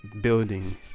building